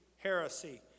Heresy